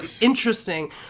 interesting